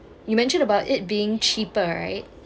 you mention about it being cheaper right